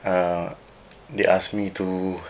uh they asked me to